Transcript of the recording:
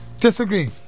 Disagree